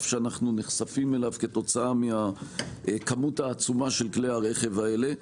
שאנחנו נחשפים אליו כתוצאה מהכמות העצומה של כלי הרכב האלה,